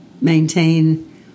maintain